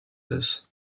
this